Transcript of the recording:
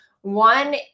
One